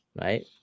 right